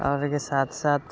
आओर एहिके साथ साथ